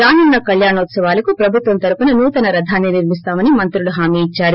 రానున్న కల్యాణోత్సవాలకు ప్రభుత్వం తరఫున నూతన రథాన్ని నిర్మిస్తామని మంత్రులు హామీ ఇచ్చారు